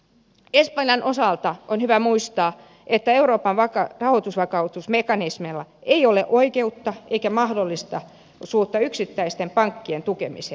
espanjan osalta on hyvä muistaa että euroopan rahoitusvakausmekanismeilla ei ole oikeutta eikä mahdollisuutta yksittäisten pankkien tukemiseen